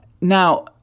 Now